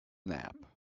nap